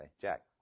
Jack